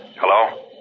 hello